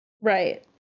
Right